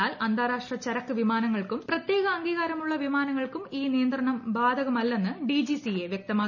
എന്നാൽ അന്താരാഷ്ട്ര ചരക്ക് വിമാനങ്ങൾക്കും പ്രത്യേക അംഗീകാരമുള്ള വിമാനങ്ങൾക്കും ഈ നിയന്ത്രണം ബാധകമല്ലെന്ന് ഡിജിസിഎ വ്യക്തമാക്കി